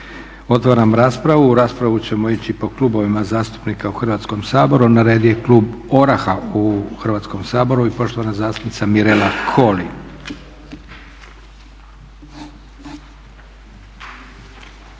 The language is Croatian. Otvaram raspravu. U raspravu ćemo ići po klubovima zastupnika u Hrvatskom saboru. Na redu je klub ORaH-a u Hrvatskom saboru i poštovana zastupnica Mirela Holy.